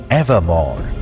evermore